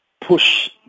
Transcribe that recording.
push